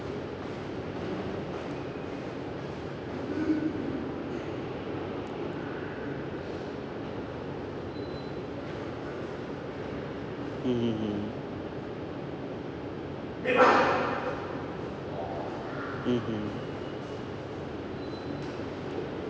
mm mmhmm